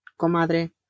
comadre